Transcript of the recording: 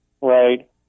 Right